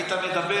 היית מדבר